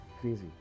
Crazy